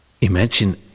Imagine